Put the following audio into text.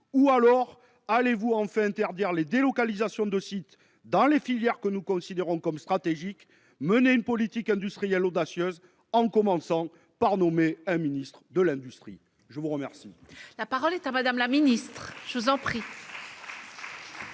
Ou alors allez-vous enfin interdire les délocalisations de site dans les filières que nous considérons comme stratégiques et mener une politique industrielle audacieuse, en commençant par nommer un ministre de l'industrie ? La parole est à Mme la secrétaire